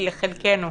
קארין, בבקשה.